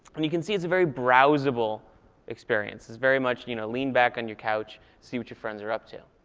and you can see it's a very browsable experience. it's very much you know lean back on your couch, see what your friends are up to.